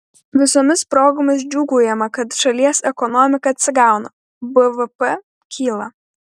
visomis progomis džiūgaujama kad šalies ekonomika atsigauna bvp kyla